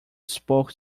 spoke